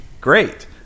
great